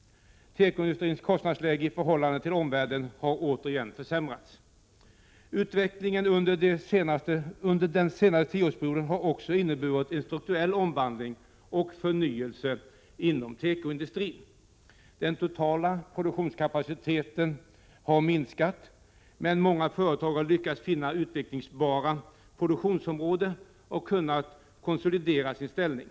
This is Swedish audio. Tekoindustrins kostnadsläge i förhållande till omvärlden har återigen försämrats. Utvecklingen under den senaste tioårsperioden har också inneburit en strukturell omvandling och förnyelse inom tekoindustrin. Den totala produktionskapaciteten har minskat. Men många företag har lyckats finna utvecklingsbara produktionsområden och kunnat konsolidera sin ställning.